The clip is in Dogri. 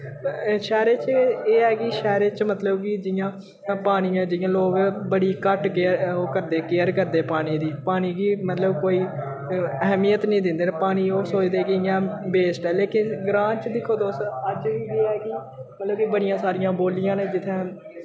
शैह्रें च एह् ऐ कि शैह्रें च मतलब कि जि'यां पानी ऐ जि'यां लोक बड़ी घट्ट केयर ओह् करदे केयर करदे पानी दी पानी गी मतलब कोई अहमियत नी दिंदे न पानी ओह् सोचदे कि इ'यां बेस्ट ऐ लेकिन ग्रांऽ च दिक्खो तुस अज्ज बी केह् ऐ कि मतलब कि बड़ियां सारियां बोलियां न जित्थें